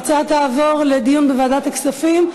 ההצעה תועבר לדיון בוועדת הכספים.